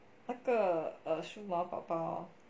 那个 err 数码宝宝